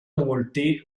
molti